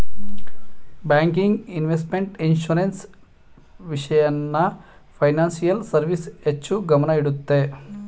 banking, investment, insurance, ವಿಷಯನ financial service ಹೆಚ್ಚು ಗಮನ ಇಡುತ್ತೆ